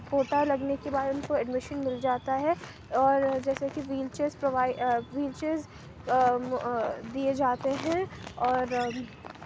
quota لگنے کے بعد ان کو ایڈمیشن مل جاتا ہے اور جیسے کہ ویل چیئرز ویل چیئرز دیے جاتے ہیں اور